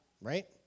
Right